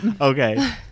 Okay